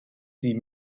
sie